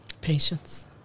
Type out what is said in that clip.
Patience